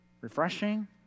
refreshing